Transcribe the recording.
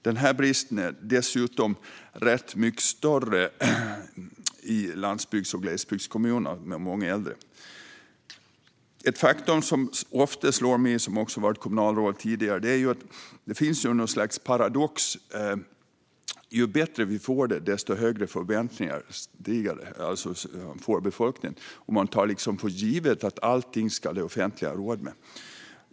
Denna brist är dessutom mycket större i landsbygds och glesbygdskommuner med många äldre. Ett faktum som ofta slår mig, som har varit kommunalråd tidigare, är att det finns något slags paradox: Ju bättre vi får det, desto högre förväntningar får befolkningen. Man tar liksom för givet att det offentliga ska ha råd med allting.